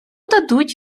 дадуть